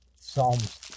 Psalms